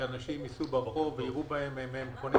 שאנשים ייסעו ברחוב ויירו בהם ממכונית